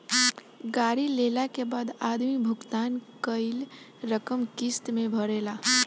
गाड़ी लेला के बाद आदमी भुगतान कईल रकम किस्त में भरेला